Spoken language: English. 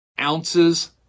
ounces